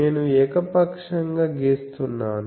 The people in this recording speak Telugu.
నేను ఏకపక్షంగా గీస్తున్నాను